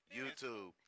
YouTube